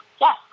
yes